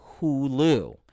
Hulu